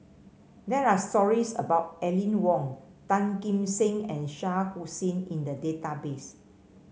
there are stories about Aline Wong Tan Kim Seng and Shah Hussain in the database